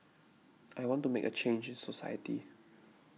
I want to make a change society